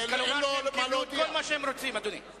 אז כנראה הם קיבלו את כל מה שהם רוצים, אדוני.